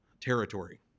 territory